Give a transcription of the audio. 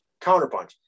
counterpunch